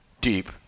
deep